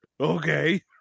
Okay